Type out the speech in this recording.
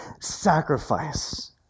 sacrifice